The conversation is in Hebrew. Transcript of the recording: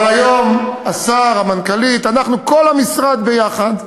אבל היום השר, המנכ"לית, אנחנו, כל המשרד ביחד,